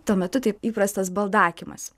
tuo metu taip įprastas baldakimas